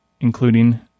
including